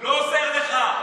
לא עוזר לך.